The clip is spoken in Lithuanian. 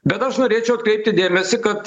bet aš norėčiau atkreipti dėmesį kad